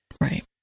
Right